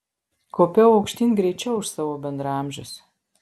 kopiau aukštyn greičiau už savo bendraamžius